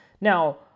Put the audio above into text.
Now